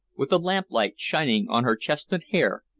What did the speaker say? with the lamplight shining on her chestnut hair,